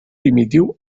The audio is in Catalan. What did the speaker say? primitiu